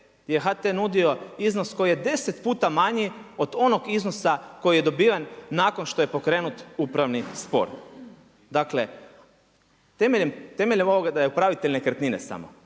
gdje je HT nudio iznos koji je 10 puta manji od onog iznosa koji je dobivan nakon što je pokrenut upravni spor. Dakle, temeljem ovoga da je upravitelj nekretnine samo,